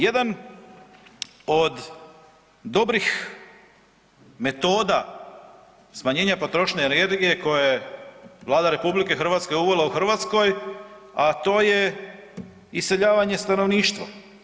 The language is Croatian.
Jedan od dobrih metoda smanjenja potrošnje energije koji je Vlada RH uvela u Hrvatskoj, a to je iseljavanje stanovništva.